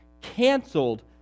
canceled